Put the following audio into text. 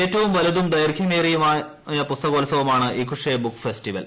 ഏറ്റവും വലുതും ദൈർഘ്യമേറിയതുമായ പുസ്തകോൽസവമാണ് ഇകുഷേ ബുക്ക് ഫെസ്റ്റിവൽ